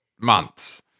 months